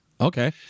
Okay